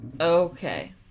Okay